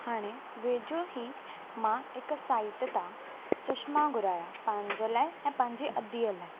हाणे वेझो ई मां हिकु साइट तां चश्मा घुराया पंहिंजे लाइ ऐं पंहिंजे अदिअ लाइ